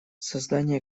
создание